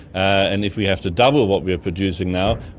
and if we have to double what we are producing now,